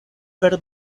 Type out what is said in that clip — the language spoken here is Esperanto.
per